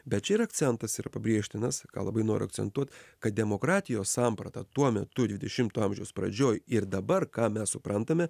bet čia ir akcentas yra pabrėžtinas ką labai noriu akcentuot kad demokratijos samprata tuo metu dvidešimto amžiaus pradžioj ir dabar ką mes suprantame